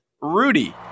Rudy